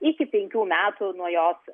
iki penkių metų nuo jos